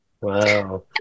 Wow